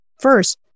First